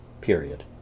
Period